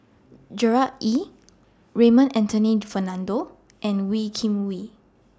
Gerard Ee Raymond Anthony Fernando and Wee Kim Wee